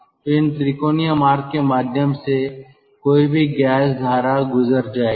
तो इन त्रिकोणीय मार्ग के माध्यम से कोई भी गैस धारा गुजर जाएगी